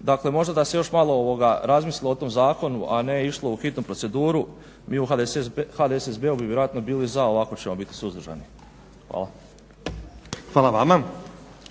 Dakle, možda da se još malo razmisli o tom zakonu a ne išlo u hitnu proceduru. Mi u HDSSB-u bi vjerojatno bili za, ovako ćemo biti suzdržani. Hvala. **Stazić, Nenad (SDP)** Hvala vama.